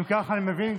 אם כך אני מבין,